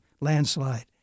landslide